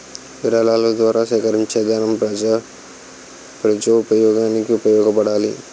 విరాళాల ద్వారా సేకరించేదనం ప్రజోపయోగానికి ఉపయోగపడాలి